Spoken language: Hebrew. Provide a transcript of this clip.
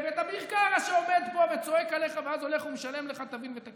ואז אביר קארה עומד ועונה לכם.